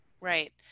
Right